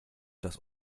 das